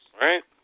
Right